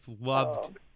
loved